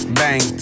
bang